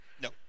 No